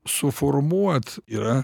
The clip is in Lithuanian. suformuot yra